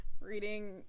reading